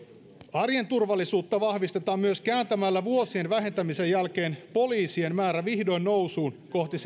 arjen turvallisuutta vahvistetaan myös kääntämällä vuosien vähentämisen jälkeen poliisien määrä vihdoin nousuun kohti